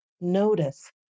notice